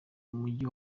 mugi